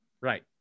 Right